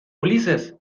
ulises